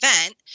event